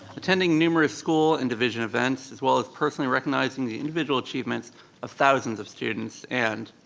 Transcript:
attending numerous school and division events, as well as personally recognizing the individual achievements of thousands of students, and.